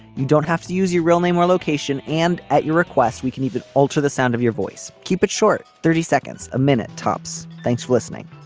you don't have to use your real name or location and at your request we can even alter the sound of your voice. keep it short thirty seconds a minute tops thanks for listening